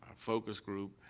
focus group,